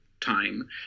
time